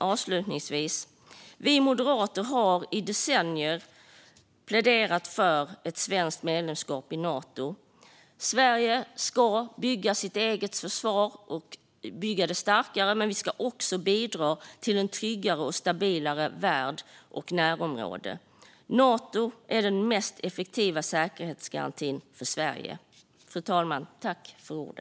Avslutningsvis: Vi moderater har i decennier pläderat för ett svenskt medlemskap i Nato. Sverige ska bygga sitt eget försvar och bygga det starkare. Men vi ska också bidra till en tryggare och stabilare värld och ett tryggare och stabilare närområde. Nato är den mest effektiva säkerhetsgarantin för Sverige.